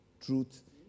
truth